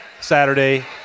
Saturday